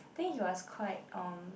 think he was quite um